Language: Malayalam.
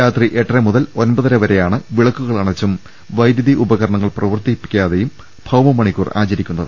രാത്രി എട്ടര മുതൽ ഒൻപതര വരെയാണ് വിളക്കുകൾ അണച്ചും വൈദ്യുതി ഉപകരണങ്ങൾ പ്രവർത്തിപ്പിക്കാതെയും ഭൌമമണിക്കൂർ ആചരിക്കുന്നത്